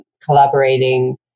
collaborating